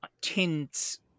tints